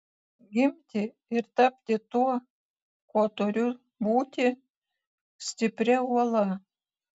gimti ir tapti tuo kuo turiu būti stipria uola